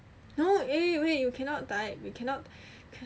no eh wait you cannot type you cannot